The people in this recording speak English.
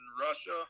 Russia